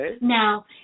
Now